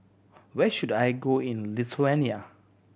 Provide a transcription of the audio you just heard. where should I go in Lithuania